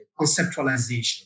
conceptualization